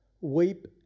weep